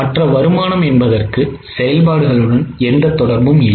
மற்ற வருமானம் என்பதற்கு செயல்பாடுகளுடன் எந்த தொடர்பும் இல்லை